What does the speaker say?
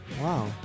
Wow